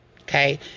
Okay